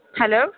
hello